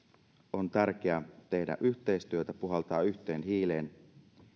on tärkeää tehdä yhteistyötä puhaltaa yhteen hiileen